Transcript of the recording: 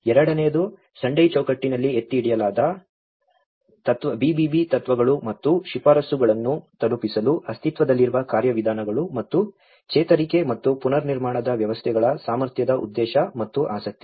ಎರಡನೆಯದು ಸೆಂಡೈ ಚೌಕಟ್ಟಿನಲ್ಲಿ ಎತ್ತಿಹಿಡಿಯಲಾದ BBB ತತ್ವಗಳು ಮತ್ತು ಶಿಫಾರಸುಗಳನ್ನು ತಲುಪಿಸಲು ಅಸ್ತಿತ್ವದಲ್ಲಿರುವ ಕಾರ್ಯವಿಧಾನಗಳು ಮತ್ತು ಚೇತರಿಕೆ ಮತ್ತು ಪುನರ್ನಿರ್ಮಾಣದ ವ್ಯವಸ್ಥೆಗಳ ಸಾಮರ್ಥ್ಯದ ಉದ್ದೇಶ ಮತ್ತು ಆಸಕ್ತಿ